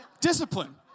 Discipline